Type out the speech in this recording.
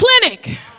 Clinic